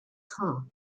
car